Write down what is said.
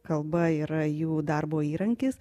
kalba yra jų darbo įrankis